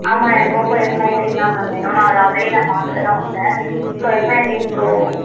ஆமாம் எனக்கு Oppo S nineteen தான் மேம் வேணும் நான் அதை ஆல்ரெடி நான் பார்த்துட்டுதான் வந்தேன் ஸோ எஸ் நைன்டீன் ப்ரோ